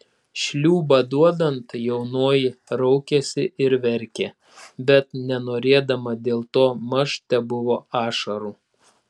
šliūbą duodant jaunoji raukėsi ir verkė bet nenorėdama dėl to maž tebuvo ašarų